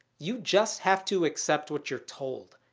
you just have to accept what you're told.